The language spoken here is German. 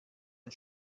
ein